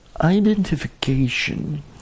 identification